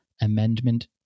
amendment